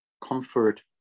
comfort